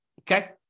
Okay